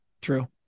True